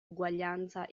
uguaglianza